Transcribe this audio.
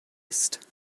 ist